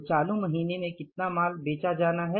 तो चालू महीने में कितना माल बेचा जाना है